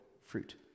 fruit